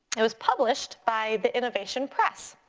it was published by the innovation press.